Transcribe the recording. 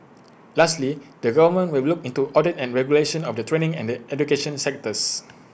lastly the government will look into audit and regulation of the training and education sectors